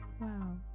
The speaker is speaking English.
Wow